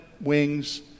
wings